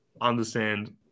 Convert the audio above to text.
understand